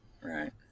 right